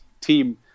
team